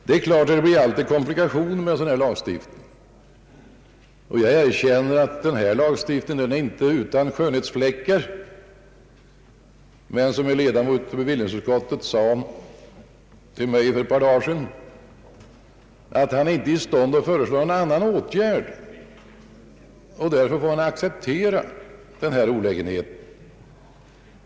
Självfallet medför en sådan lagstiftning som denna alltid komplikationer. Jag erkänner att den föreslagna lagstiftningen inte är utan skönhetsfläckar. Men det är som en ledamot i bevillningsutskottet sade till mig för ett par dagar sedan, att då man inte är i stånd att föreslå någon annan åtgärd måste man acceptera denna olägenhet.